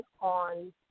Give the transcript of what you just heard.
on